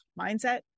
mindset